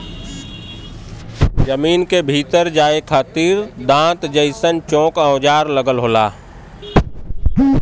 जमीन के भीतर जाये खातिर दांत जइसन चोक औजार लगल होला